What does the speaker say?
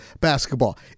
basketball